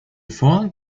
phone